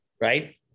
Right